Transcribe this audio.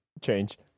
Change